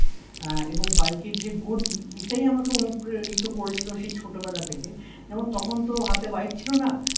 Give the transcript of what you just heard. এবং বাইকের যে গতি এটাই আমাকে অনুপ্রেরিত করেছিলো সেই ছোটোবেলা থেকে যেমন তখন তো হাতে বাইক ছিল না